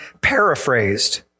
paraphrased